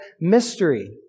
mystery